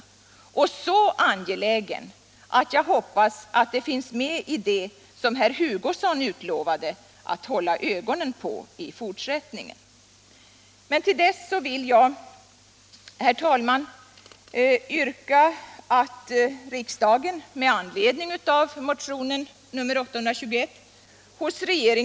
Jag bedömer den också så angelägen, att jag hoppas att den finns med i det som herr Hugosson utlovade att hålla ögonen på i fortsättningen.